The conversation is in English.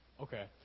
Okay